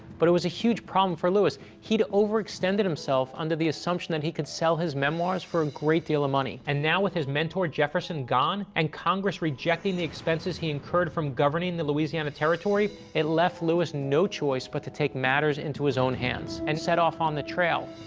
but it was a huge problem for lewis. he'd overextended himself under the assumption that he could sell his memoirs for a great deal of money. and now, with his mentor jefferson gone and congress rejecting the expenses he incurred from governing the louisiana territory, it left lewis no choice but to take matters into his own hands, and set off on the natchez trace.